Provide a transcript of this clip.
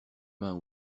mains